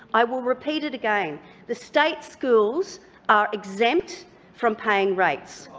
i will repeat it again the state schools are exempt from paying rates.